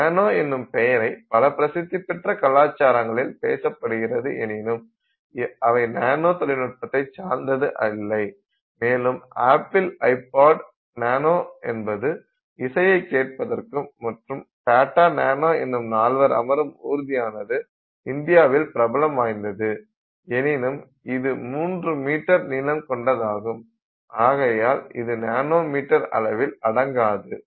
நானோ என்னும் பெயரை பல பிரசித்தி பெற்ற கலாச்சாரங்களில் பேசப்படுகிறது எனினும் அவை நானோ தொழில்நுட்பத்தை சார்ந்தது இல்லை மேலும் ஆப்பிள் ஐபாட் நானோ என்பது இசையை கேட்பதற்கும் மற்றும் டாடா நானோ என்னும் நால்வர் அமரும் ஊர்த்தியானது இந்தியாவில் பிரபலம் வாய்ந்தது எனினும் அது மூன்று மீட்டர் நீளம் கொண்டதாகும் ஆகையால் இது நானோ மீட்டர் அளவில் அடங்காது